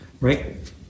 right